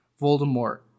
Voldemort